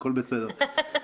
הכול בסדר.